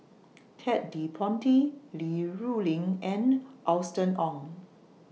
Ted De Ponti Li Rulin and Austen Ong